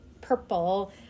purple